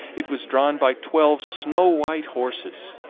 it was drawn by twelve snow-white horses,